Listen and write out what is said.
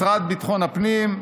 משרד ביטחון הפנים,